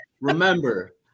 remember –